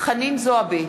חנין זועבי,